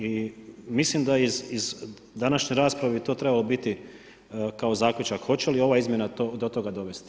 I mislim da iz današnje rasprave i to bi trebalo biti kao zaključak, hoće li ova izmjena do toga dovesti.